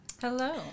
Hello